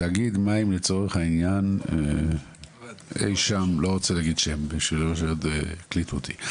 תאגיד מים לצורך העניין אי שם לא רוצה להגיד שם שלא יקליטו אותי.